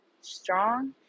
strong